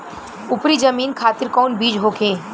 उपरी जमीन खातिर कौन बीज होखे?